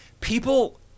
People